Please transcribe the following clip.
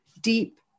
deep